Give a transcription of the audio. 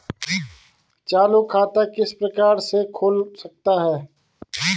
चालू खाता किस प्रकार से खोल सकता हूँ?